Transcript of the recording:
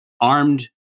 armed